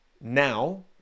now